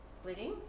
splitting